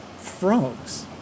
frogs